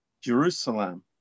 Jerusalem